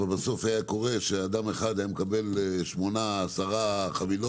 אבל בסוף היה קורה שאדם אחד היה מקבל שמונה-עשר חבילות,